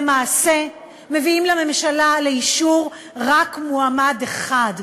למעשה מביאים לממשלה לאישור רק מועמד אחד,